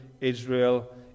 Israel